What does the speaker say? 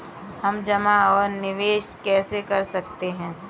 हम जमा और निवेश कैसे कर सकते हैं?